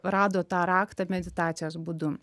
rado tą raktą meditacijos būdu